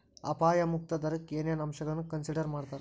ಅಪಾಯ ಮುಕ್ತ ದರಕ್ಕ ಏನೇನ್ ಅಂಶಗಳನ್ನ ಕನ್ಸಿಡರ್ ಮಾಡ್ತಾರಾ